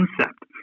concept